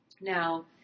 Now